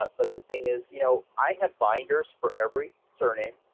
but but the thing is, you know i have binders for every surname,